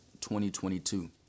2022